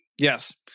Yes